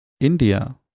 India